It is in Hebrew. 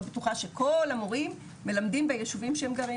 בטוחה שכל המורים מלמדים בישובים שהם גרים בהם.